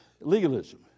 legalism